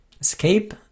Escape